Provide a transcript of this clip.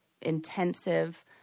intensive